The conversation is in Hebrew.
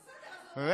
בסדר, אז זה אומר מה?